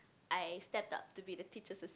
I stepped up to be the teacher's